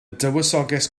dywysoges